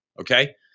Okay